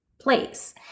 place